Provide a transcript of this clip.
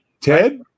Ted